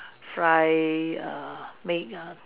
fry err make ah